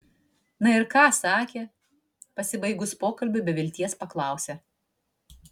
na ir ką sakė pasibaigus pokalbiui be vilties paklausė